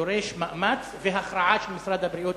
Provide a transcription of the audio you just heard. שדורש מאמץ והכרעה של משרד הבריאות